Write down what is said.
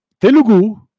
Telugu